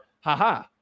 haha